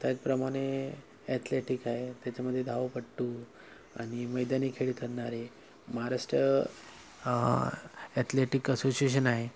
त्याचप्रमाणे ॲथलेटिक आहे त्याच्यामध्ये धावपटू आणि मैदानी खेळ करणारे महाराष्ट्र ॲथलेटिक असोशिएशन आहे